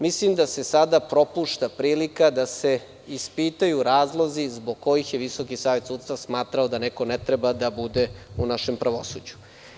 Mislim da se sada propušta prilika da se ispitaju razlozi zbog kojih je Visoki savet sudstva smatrao da neko ne treba da bude u našem pravosuđu.